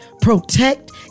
protect